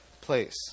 place